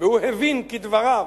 הוא הבין, כדבריו,